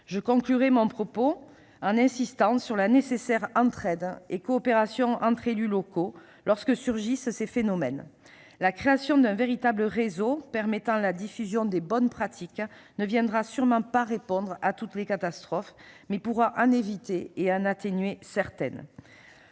Je conclurai mon propos en insistant sur la nécessaire entraide et coopération entre élus locaux lorsque surgissent ces phénomènes. La création d'un véritable réseau permettant la diffusion des bonnes pratiques ne viendra sûrement pas répondre à toutes les catastrophes, mais elle pourra en éviter et en atténuer certaines.